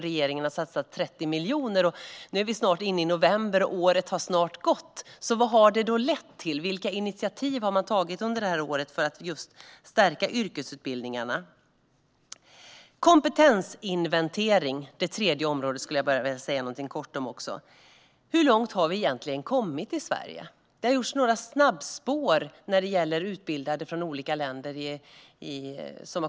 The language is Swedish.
Regeringen har satsat 30 miljoner, och nu är vi snart inne i november och året har nästan gått. Vad har det lett till? Vilka initiativ har man tagit under året för att stärka yrkesutbildningarna? Jag vill också säga någonting kort om det tredje området, kompetensinventering. Hur långt har vi egentligen kommit i Sverige? Det har inrättats några snabbspår för utbildade från olika länder.